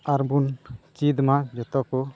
ᱟᱨ ᱵᱚᱱ ᱪᱮᱫᱢᱟ ᱡᱚᱛᱚ ᱠᱚ